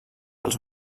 els